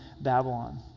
Babylon